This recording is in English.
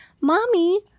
mommy